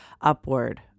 upward